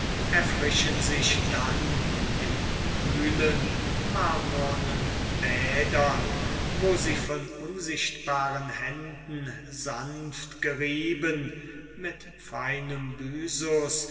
erfrischen sich dann in kühlen marmornen bädern wo sie von unsichtbaren händen sanft gerieben mit feinem